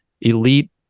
elite